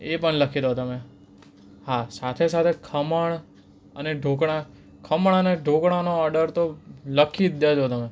એ પણ લખી દો તમે હા સાથે સાથે ખમણ અને ઢોકળા ખમણ અને ઢોકળાનો ઑડર તો લખી જ દેજો તમે